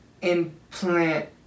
implant